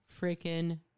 freaking